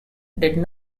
did